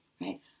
right